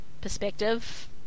perspective